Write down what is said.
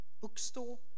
bookstore